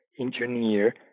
engineer